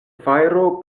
fajro